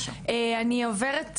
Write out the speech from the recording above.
אני עוברת רגע,